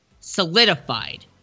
solidified